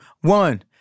one